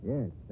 Yes